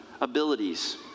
abilities